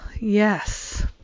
Yes